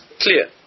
clear